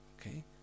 Okay